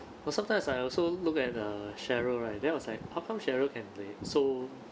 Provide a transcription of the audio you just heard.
but sometimes I also look at err sheryl right then I was like how come sheryl can be so